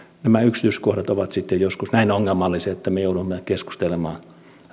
nämä yksityiskohdat ovat sitten joskus näin ongelmallisia että me joudumme keskustelemaan